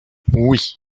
oui